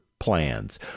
plans